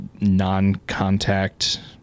non-contact